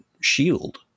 shield